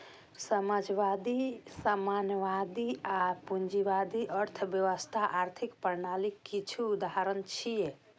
समाजवादी, साम्यवादी आ पूंजीवादी अर्थव्यवस्था आर्थिक प्रणालीक किछु उदाहरण छियै